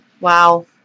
Wow